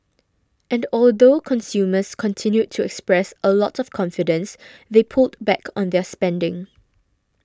and although consumers continued to express a lot of confidence they pulled back on their spending